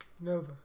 Nova